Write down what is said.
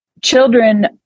Children